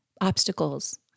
obstacles